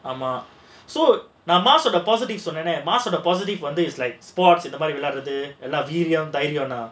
ஆமா:aamaa is like sports வந்து:vandhu